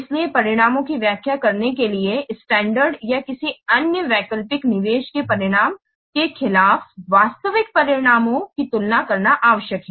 इसलिए परिणामों की व्याख्या करने के लिए स्टैंडर्ड या किसी अन्य वैकल्पिक निवेश के परिणाम के खिलाफ वास्तविक परिणामों की तुलना करना आवश्यक है